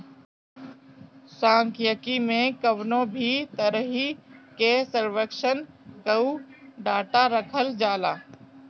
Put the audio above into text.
सांख्यिकी में कवनो भी तरही के सर्वेक्षण कअ डाटा रखल जाला